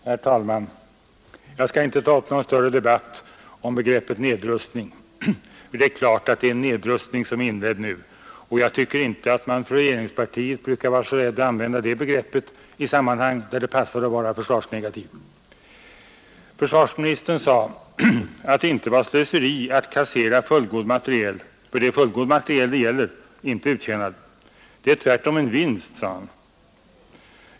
Herr talman! Jag skall inte ta upp någon större debatt om begreppet nedrustning — det är ju klart att det är en nedrustning som nu är inledd. Man brukar inte heller från regeringspartiet vara så rädd att använda det begreppet i sammanhang där det passar att vara försvarsnegativ. Försvarsministern sade att det inte var slöseri att kassera fullgod materiel — det är fullgod materiel det gäller, inte uttjänad — utan det skulie tvärtom vara en vinst.